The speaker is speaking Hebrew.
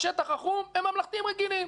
בשטח החום הם ממלכתיים רגילים.